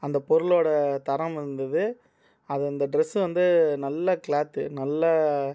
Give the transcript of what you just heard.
அந்தப் பொருளோட தரம் இருந்தது அது அந்த ட்ரெஸ் வந்து நல்ல க்ளாத் நல்ல